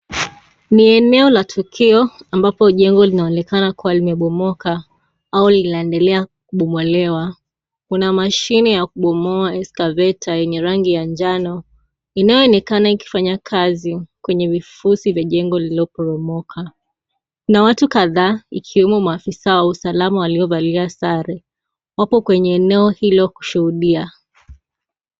Ni eneo la tukio ambapo jengo linaonekana kubomoka au linaendelea kubomolewa kuna mashini ya kubomoa excavator lenye rangi ya njano inayoonekana kufanya kazi kwenye vifusi ya jengo lililoporomoka na watu kadhaa ikiwemo maafisa wa usalama waliovalia sare wapo kwenye eneo hilo kushuhudia.